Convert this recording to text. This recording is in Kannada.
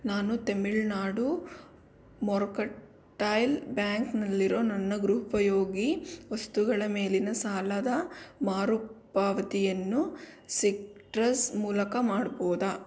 ನಾನು ತಮಿಳ್ನಾಡು ಮೊರ್ಕಟ್ಟೈಲ್ ಬ್ಯಾಂಕ್ನಲ್ಲಿರೋ ನನ್ನ ಗೃಹೋಪಯೋಗಿ ವಸ್ತುಗಳ ಮೇಲಿನ ಸಾಲದ ಮರುಪಾವತಿಯನ್ನು ಸಿಟ್ರಸ್ ಮೂಲಕ ಮಾಡ್ಬೋದಾ